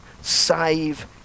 save